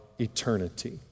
eternity